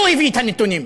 הוא הביא את הנתונים,